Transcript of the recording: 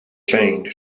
changed